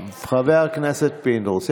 רגע, הם